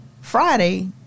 Friday